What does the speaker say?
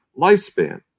lifespan